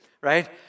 right